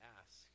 ask